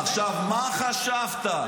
עכשיו, מה חשבת?